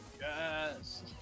Yes